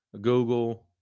Google